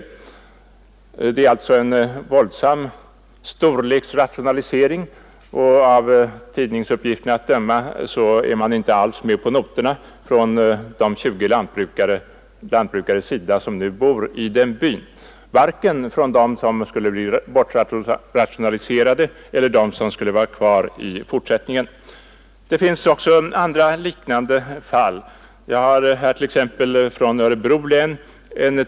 Det är alltså fråga om en våldsam storleksrationalisering. Av tidningsuppgifterna att döma är de tjugo lantbrukare, som nu bor i denna by, alls inte med på noterna, vare sig de som skulle bli bortrationaliserade eller de som skulle få stanna kvar i fortsättningen. Det finns andra liknande fall som visar att lantbruksnämnderna i sin planering kräver stora enheter.